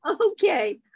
Okay